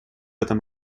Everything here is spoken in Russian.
этом